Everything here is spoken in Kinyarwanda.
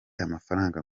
amafaranga